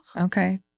Okay